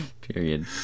period